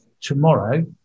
Tomorrow